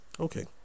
Okay